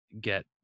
get